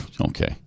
Okay